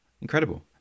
incredible